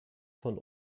von